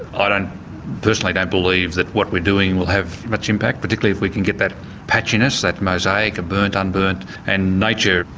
i personally don't believe that what we're doing will have much impact, particularly if we can get that patchiness, that mosaic of burnt-unburnt and nature,